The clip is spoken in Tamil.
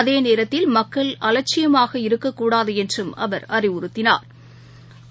அதேநேரத்தில் மக்கள் அவட்சியமாக இருக்கக்கூடாதுஎன்றும் அவா் அறிவுறுத்தினாா்